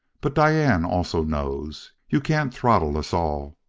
but diane also knows. you can't throttle us all.